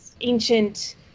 ancient